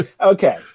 okay